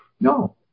No